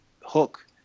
hook